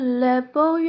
level